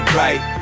right